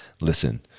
listen